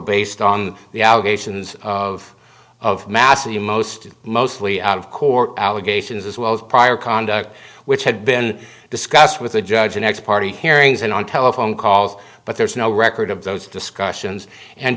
based on the allegations of of mass of the most mostly out of court allegations as well as prior conduct which had been discussed with the judge in x party hearings and on telephone calls but there's no record of those discussions and